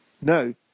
no